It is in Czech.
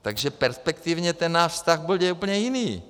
Takže perspektivně náš vztah bude úplně jiný.